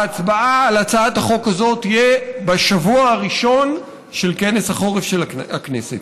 ההצבעה על הצעת החוק הזאת תהיה בשבוע הראשון של כנס החורף של הכנסת.